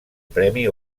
premi